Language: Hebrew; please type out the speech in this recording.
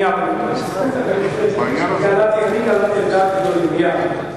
אני קלעתי לדעת גדולים, מייד.